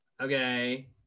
Okay